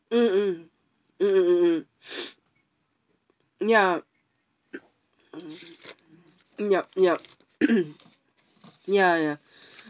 mm mm mm mm mm mm ya yup yup ya ya